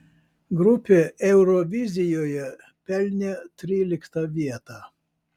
grupė eurovizijoje pelnė tryliktą vietą